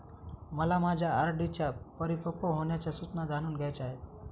मला माझ्या आर.डी च्या परिपक्व होण्याच्या सूचना जाणून घ्यायच्या आहेत